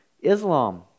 Islam